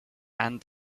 and